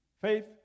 Faith